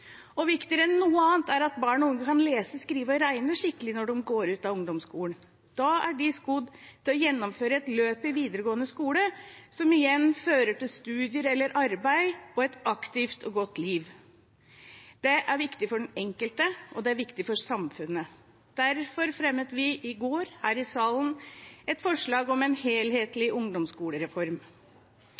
Og viktigere enn noe annet er at barn og unge kan lese, skrive og regne skikkelig når de går ut av ungdomsskolen. Da er de skodd til å gjennomføre et løp i videregående skole, som igjen fører til studier eller arbeid – og et aktivt og godt liv. Det er viktig for den enkelte, og det er viktig for samfunnet. Derfor fremmet vi i går her i salen et forslag om en helhetlig ungdomsskolereform.